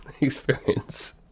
experience